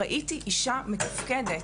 ראה אישה מתפקדת,